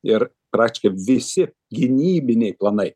ir praktiškai visi gynybiniai planai